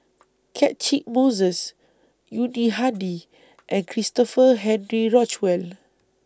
Catchick Moses Yuni Hadi and Christopher Henry Rothwell